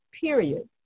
period